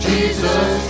Jesus